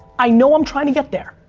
i know i'm trying to get there.